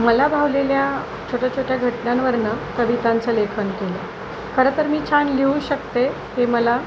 मला भावलेल्या छोट्याछोट्या घटनांवरून कवितांचं लेखन केलं खरं तर मी छान लिहू शकते हे मला